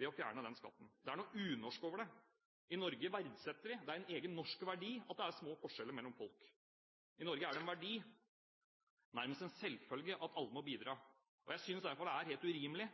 Det er noe unorsk over det. I Norge verdsetter vi, det er en egen norsk verdi, at det er små forskjeller mellom folk. I Norge er det en verdi, nærmest en selvfølge, at alle må bidra. Jeg synes derfor det er helt urimelig